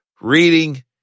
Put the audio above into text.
Reading